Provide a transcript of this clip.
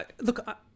Look